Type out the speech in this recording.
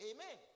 Amen